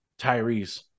Tyrese